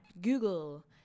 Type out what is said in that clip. Google